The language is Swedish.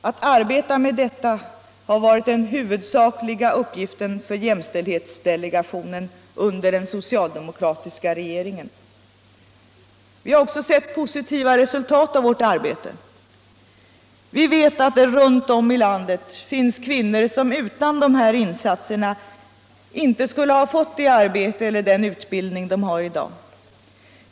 Att arbeta med detta har varit den huvudsakliga uppgiften för jämställdhetsdelegationen under den socialdemokratiska regeringen. Vi har också sett positiva resultat av arbetet. Vi vet att det runt om i landet finns kvinnor som utan de här insatserna inte skulle ha fått det arbete eller den utbildning de har i dag.